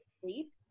sleep